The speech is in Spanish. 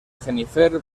jennifer